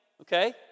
Okay